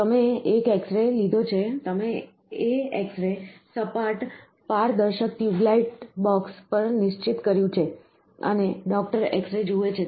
તમે એક X ray લીધો છે તમે એ એક્સ રે સપાટ પારદર્શક ટ્યુબ લાઇટ બોક્સ પર નિશ્ચિત કર્યું છે અને ડોક્ટર એક્સ રે જુએ છે